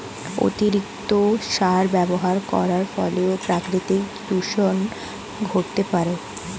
অতিরিক্ত সার ব্যবহার করার ফলেও প্রাকৃতিক দূষন ঘটতে পারে